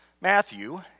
Matthew